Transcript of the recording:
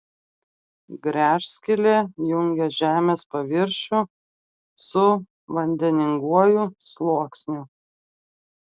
gręžskylė jungia žemės paviršių su vandeninguoju sluoksniu